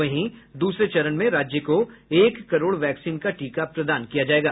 वहीं दूसरे चरण में राज्य को एक करोड़ वैक्सीन का टीका प्रदान किया जायेगा